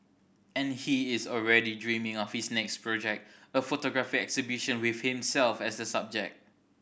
and he is already dreaming of his next project a photography exhibition with himself as the subject